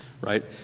right